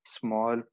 small